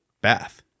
Bath